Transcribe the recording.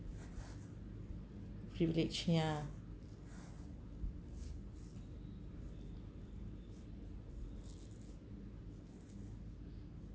privilege ya